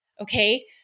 okay